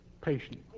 patient